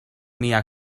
mia